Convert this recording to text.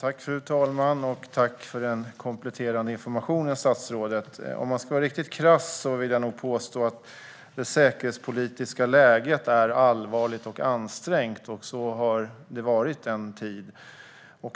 Fru talman! Jag tackar statsrådet för den kompletterande informationen. Om jag ska vara riktigt krass vill jag nog påstå att det säkerhetspolitiska läget är allvarligt och ansträngt, och så har det varit en tid.